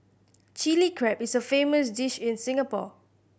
Chilli Crab is a famous dish in Singapore